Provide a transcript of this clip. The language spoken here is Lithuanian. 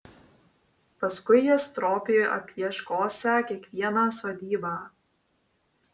paskui jie stropiai apieškosią kiekvieną sodybą